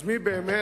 אז מי באמת,